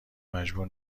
مجبور